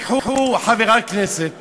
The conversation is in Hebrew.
לקחו חברת כנסת